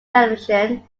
television